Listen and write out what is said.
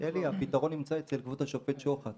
הפתרון נמצא אצל כבוד השופט שוחט.